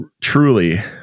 truly